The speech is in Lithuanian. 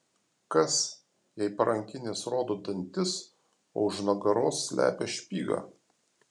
kas jei parankinis rodo dantis o už nugaros slepia špygą